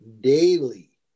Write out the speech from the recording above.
daily